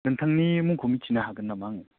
नोंथांनि मुंखौ मिथिनो हागोन नामा आङो